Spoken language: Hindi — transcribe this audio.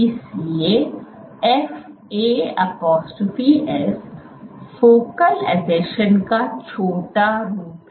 इसलिए एफए एपोस्टोफे s फोकल आसंजन का छोटा रूप है